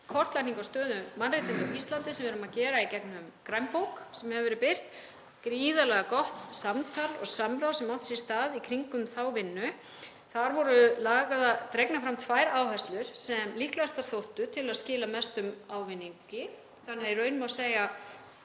kortlagningu á stöðu mannréttinda á Íslandi, sem við erum að gera í gegnum grænbók sem hefur verið birt, gríðarlega gott samtal og samráð sem átti sér stað í kringum þá vinnu. Þar voru dregnar fram tvær áherslur sem líklegastar þóttu til að skila mestum ávinningi. Í raun má því segja